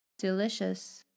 delicious